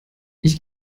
ich